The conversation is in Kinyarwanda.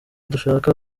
dushaka